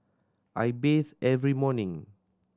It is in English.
I bathe every morning